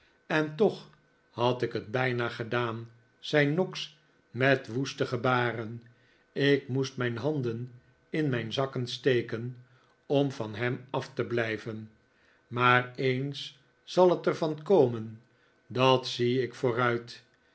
en toch had ik het bijna gedaan zei noggs met woeste gebaren ik moest mijn handen in mijn zakken steken om van hem af te blijven maar eens zal het er van komen dat zie ik vooruit